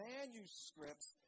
Manuscripts